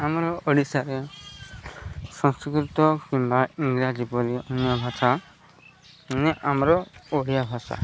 ଆମର ଓଡ଼ିଶାରେ ସଂସ୍କୃତ କିମ୍ବା ଇଂରାଜୀ ବୋଲି ଅନ୍ୟ ଭାଷା ମାନେ ଆମର ଓଡ଼ିଆ ଭାଷା